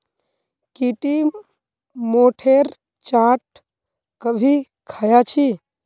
की टी मोठेर चाट कभी ख़या छि